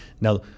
Now